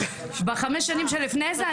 בחמש השנים שלפני זה,